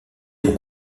pour